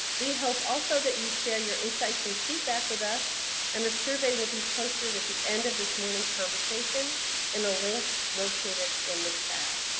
we hope all so that you share your insights and feedback with us and a survey will be posted at the end of this morning's conversation in a link located in the chat.